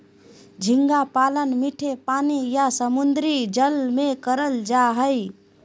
झींगा पालन मीठे पानी या समुंद्री जल में करल जा हय